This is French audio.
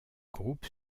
groupe